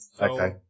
Okay